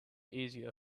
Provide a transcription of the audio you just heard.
easier